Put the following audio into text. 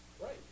Right